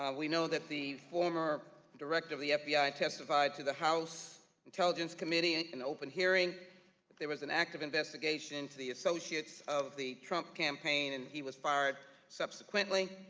we know that the former director of the fbi testified to the house intelligence committee in opening hearing that there was an active investigation into the associates of the trump campaign and he was fired fired subsequently,